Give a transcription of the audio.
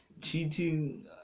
cheating